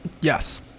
Yes